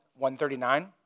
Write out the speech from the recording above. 139